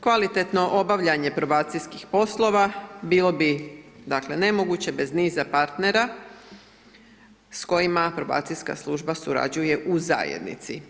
Kvalitetno obavljanje probacijskih poslova bilo bi dakle nemoguće bez niza partnera s kojima probacijska služba surađuje u zajednici.